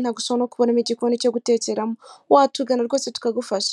bandikamo umwirondoro w'uwaje abagana.